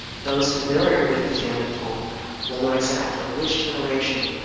those familiar with the family poem will know exactly which generation,